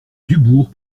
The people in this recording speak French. dubourg